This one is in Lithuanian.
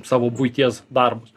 savo buities darbus